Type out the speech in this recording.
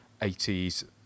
80s